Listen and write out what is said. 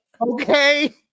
Okay